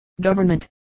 Government